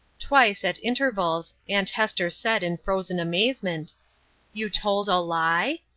twice, at intervals, aunt hester said, in frozen amazement you told a lie?